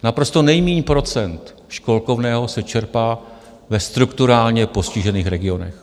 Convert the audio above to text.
Naprosto nejmíň procent školkovného se čerpá ve strukturálně postižených regionech.